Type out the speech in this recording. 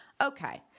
okay